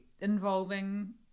involving